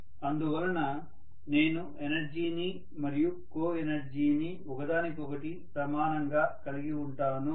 అందువలన నేను ఎనర్జీని మరియు కోఎనర్జీని ఒకదానికొకటి సమానంగా కలిగి వుంటాను